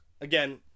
Again